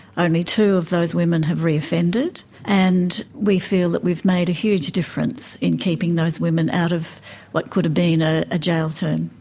only two of those women have reoffended, and we feel that we've made a huge difference in keeping those women out of what could have been ah a jail term.